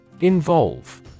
Involve